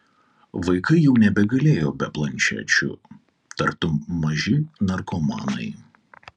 vaikai jau nebegalėjo be planšečių tartum maži narkomanai